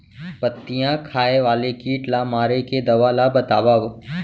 पत्तियां खाए वाले किट ला मारे के दवा ला बतावव?